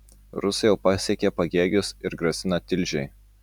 rusai jau pasiekė pagėgius ir grasina tilžei